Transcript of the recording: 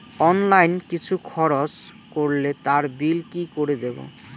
Online কিছু খরচ করলে তার বিল কি করে দেবো?